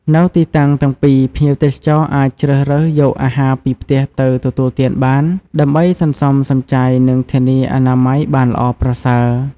នៅទីតាំងទាំងពីរ ភ្ញៀវទេសចរអាចជ្រើសរើសយកអាហារពីផ្ទះទៅទទួលទានបាន ដើម្បីសន្សំសំចៃនិងធានាអនាម័យបានល្អប្រសើរ។